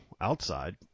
outside